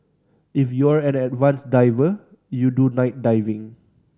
if you're an advanced diver you do night diving